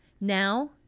now